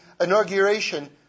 inauguration